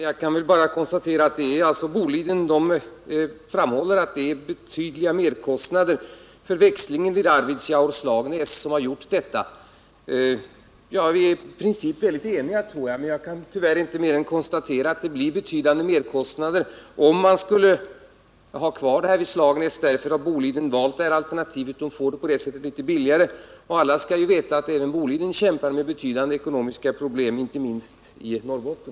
Herr talman! Jag kan bara konstatera att Bolidenbolaget framhåller att det är betydliga merkostnader för växlingen Arvidsjaur-Slagnäs som har föranlett dess åtgärd. Jag tror att vi i princip är eniga, men jag kan tyvärr inte mer än konstatera att det blir betydande merkostnader om man håller fast vid Slagnäs. Därför har Boliden valt det här alternativet. Det blir på det sättet litet billigare. Alla skall veta att även Boliden kämpar med betydande ekonomiska problem, inte minst i Norrbotten.